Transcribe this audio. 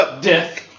death